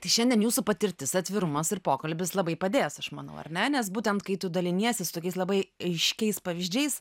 tai šiandien jūsų patirtis atvirumas ir pokalbis labai padės aš manau ar ne nes būtent kai tu daliniesi su tokiais labai aiškiais pavyzdžiais